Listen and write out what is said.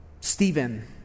Stephen